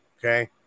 Okay